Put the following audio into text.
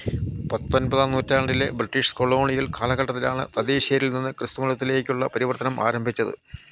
പത്തൊമ്പതാം നൂറ്റാണ്ടിലെ British colonial കാലഘട്ടത്തിലാണ് തദ്ദേശീയരിൽ നിന്ന് ക്രിസ്തുമതത്തിലേക്കുള്ള പരിവർത്തനം ആരംഭിച്ചത്